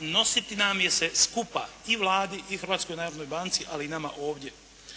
nositi nam je se skupa i Vladi i Hrvatskoj narodnoj banci ali i nama ovdje.